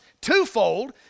twofold